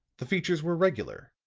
the features were regular,